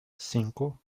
cinco